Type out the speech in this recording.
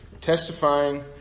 testifying